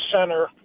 center